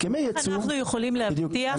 איך אנחנו יכולים להבטיח